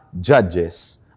judges